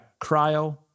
cryo